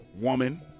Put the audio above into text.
woman